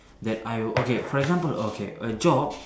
that I would okay for example okay a job